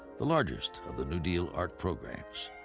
the largest of the new deal art programs.